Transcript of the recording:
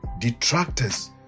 Detractors